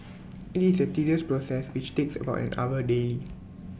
IT is A tedious process which takes about an hour daily